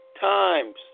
times